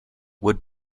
would